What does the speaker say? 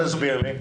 תסביר לי.